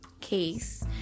case